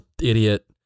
idiot